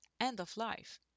end-of-life